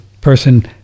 person